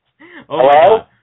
Hello